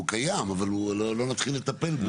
הוא קיים אבל אל נתחיל לטפל בזה.